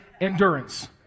endurance